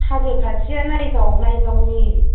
हाजो खाथिया नायगाव नायगावनि